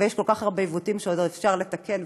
ויש כל כך הרבה עיוותים שעוד אפשר לתקן,